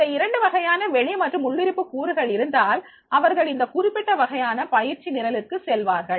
இந்த இரண்டு வகையான வெளி மற்றும் உள்ளிருப்பு கூறுகள் இருந்தால் அவர்கள் இந்த குறிப்பிட்ட வகையான பயிற்சி நிரலுக்கு செல்வார்கள்